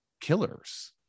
killers